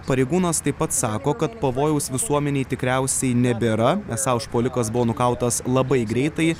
pareigūnas taip pat sako kad pavojaus visuomenei tikriausiai nebėra esą užpuolikas buvo nukautas labai greitai